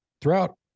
throughout